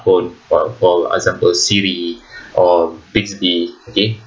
phone for example siri or bixby okay